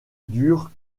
dure